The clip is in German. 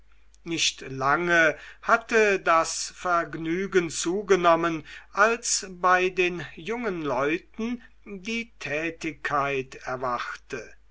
nicht lange hatte das vergnügen zugenommen als bei den jungen leuten die tätigkeit erwachte